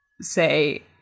say